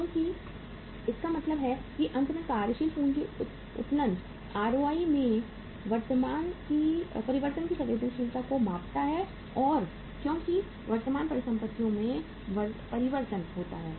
तो इसका मतलब है कि अंत में कार्यशील पूंजी उत्तोलन ROI में परिवर्तन की संवेदनशीलता को मापता है क्योंकि वर्तमान परिसंपत्तियों में परिवर्तन होता है